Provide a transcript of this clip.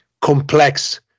complex